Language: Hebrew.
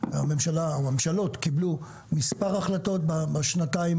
שהממשלות קיבלו מספר החלטות בשנתיים